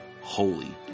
holy